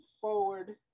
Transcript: forward